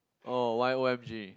oh why O M G